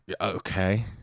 Okay